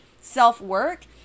self-work